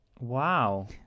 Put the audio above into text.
Wow